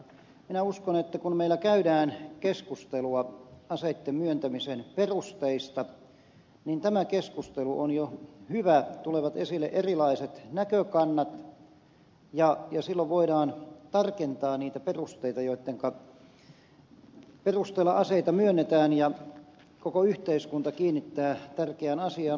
minä uskon että kun meillä käydään keskustelua aseitten myöntämisen perusteista jo tämä keskustelu on hyvä tulevat esille erilaiset näkökannat ja silloin voidaan tarkentaa niitä perusteita joittenka perusteella aseita myönnetään ja koko yhteiskunta kiinnittää tärkeään asiaan huomiota